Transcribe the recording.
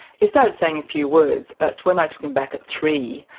he'd started saying a few words but when i took him back at three,